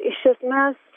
iš esmės